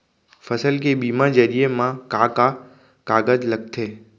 फसल के बीमा जरिए मा का का कागज लगथे?